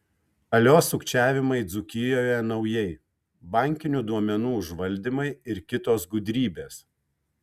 alio sukčiavimai dzūkijoje naujai bankinių duomenų užvaldymai ir kitos gudrybės